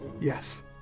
Yes